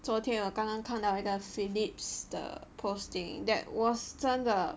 昨天我刚刚看到一点 Phillips 的 posting that was 真的